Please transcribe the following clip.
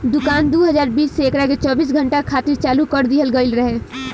दुकान दू हज़ार बीस से एकरा के चौबीस घंटा खातिर चालू कर दीहल गईल रहे